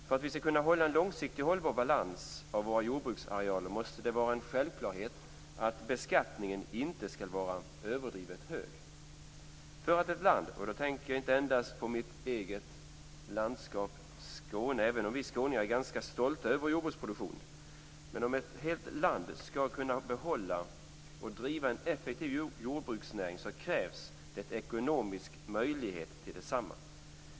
För att vi skall kunna hålla en långsiktig och hållbar balans av våra jordbruksarealer måste det vara en självklarhet att beskattningen inte skall vara överdrivet hög. För att ett land - och jag tänker då inte endast på mitt landskap Skåne, även om vi skåningar är ganska stolta över vår jordbruksproduktion - skall kunna behålla och driva en effektiv jordbruksnäring, så krävs det ekonomisk möjlighet till detsamma.